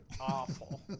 Awful